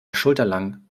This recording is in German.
schulterlang